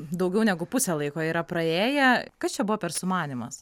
daugiau negu pusę laiko yra praėję kas čia buvo per sumanymas